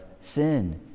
Sin